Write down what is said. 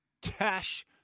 cash